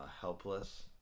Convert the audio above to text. helpless